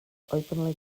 openly